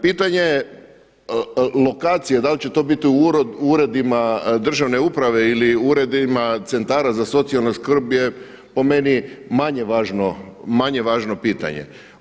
Pitanje lokacije da li će to biti u uredima državne uprave ili u uredima Centara za socijalnu skrb je po meni manje važno pitanje.